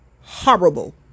horrible